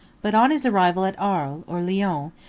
but on his arrival at arles, or lyons,